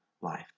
life